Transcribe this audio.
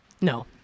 No